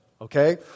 okay